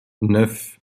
neuf